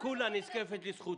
אמנם הכותרת מצומצמת.